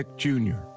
like jr,